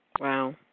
Wow